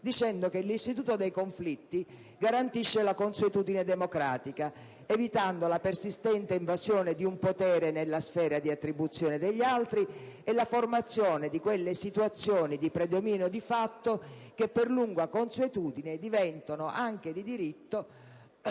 affermando che l'istituto dei conflitti garantisce la consuetudine democratica, evitando la persistente invasione di un potere nella sfera di attribuzione degli altri e la formazione di quelle situazioni di predominio di fatto, che per lunga consuetudine diventano anche di diritto,